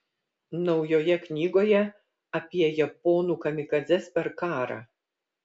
naujoje knygoje apie japonų kamikadzes per karą